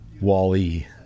Wally